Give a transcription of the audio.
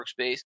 workspace